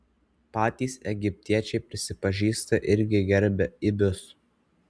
patys egiptiečiai prisipažįsta irgi gerbią ibius